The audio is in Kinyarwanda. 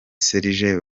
serge